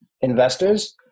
investors